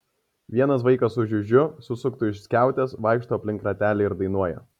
vienas vaikas su žiužiu susuktu iš skiautės vaikšto aplink ratelį ir dainuoja